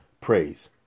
praise